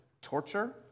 torture